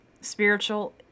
spiritual